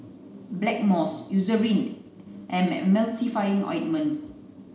Blackmores Eucerin and Emulsy ointment